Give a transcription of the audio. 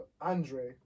Andre